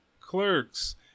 Clerks